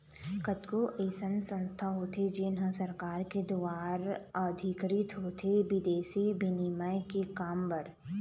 कतको अइसन संस्था होथे जेन ह सरकार के दुवार अधिकृत होथे बिदेसी बिनिमय के काम बर